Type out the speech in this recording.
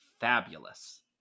fabulous